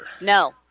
No